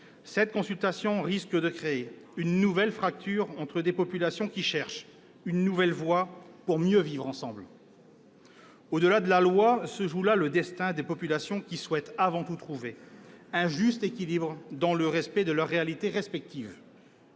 cette consultation risque de créer une nouvelle fracture entre des populations qui cherchent une nouvelle voie pour mieux vivre ensemble. Au-delà de la loi, se joue là le destin de populations qui souhaitent avant tout trouver un juste équilibre dans le respect de leurs réalités respectives.